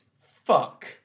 fuck